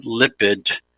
lipid